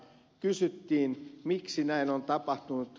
kysyttiin miksi näin on tapahtunut